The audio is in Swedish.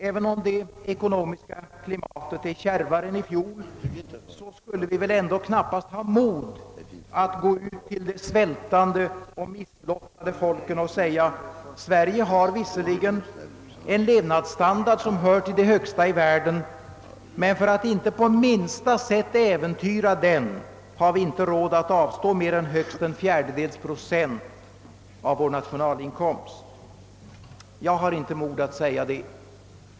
Även om det ekonomiska klimatet är kärvare än i fjol skulle vi väl ändå knappast ha mod att gå ut till de svältande och misslottade folken och säga: »Sverige har visserligen en levnadsstandard som hör till de högsta i världen, men för att inte på minsta sätt äventyra den har vi inte råd att avstå mer än högst en fjärdedels procent av vår nationalinkomst.» Jag har inte mod att säga det.